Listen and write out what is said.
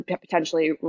potentially